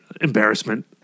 Embarrassment